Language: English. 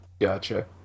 Gotcha